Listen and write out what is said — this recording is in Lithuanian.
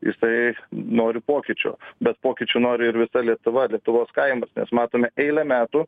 jisai nori pokyčių bet pokyčių nori ir visa lietuva lietuvos kaimas nes matome eilę metų